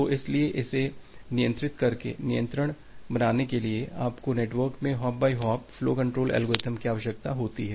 तो इसीलिए इसे नियंत्रित करके नियंत्रण बनाने के लिए आपको नेटवर्क में hop by hop flow control algorithm की आवश्यकता होती है